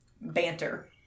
banter